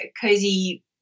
cozy